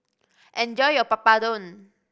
enjoy your Papadum